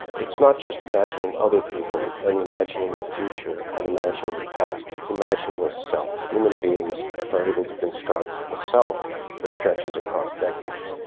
it's not just imagining other people and imagining the future and imagining the past, past, it's imagining a self. human beings are able to construct a self that stretches across decades,